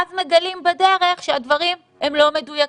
ואז מגלים בדרך שהדברים הם לא מדויקים.